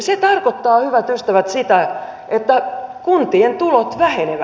se tarkoittaa hyvät ystävät sitä että kuntien tulot vähenevät